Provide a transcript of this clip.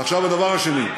עכשיו הדבר השני.